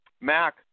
Mac